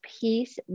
peace